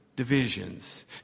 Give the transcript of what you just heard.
Divisions